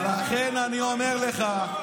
לכן אני אומר לך,